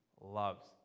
loves